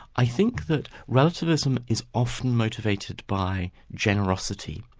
i think that relativism is often motivated by generosity,